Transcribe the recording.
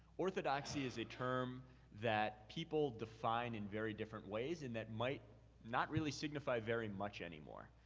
orthodoxy is a term that people define in very different ways, and that might not really signify very much anymore.